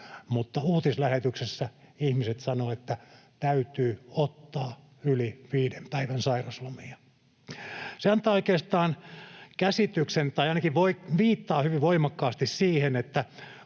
mutta uutislähetyksessä ihmiset sanoivat, että ”täytyy ottaa” yli viiden päivän sairauslomia. Se antaa oikeastaan käsityksen tai ainakin viittaa hyvin voimakkaasti siihen, että